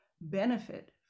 benefit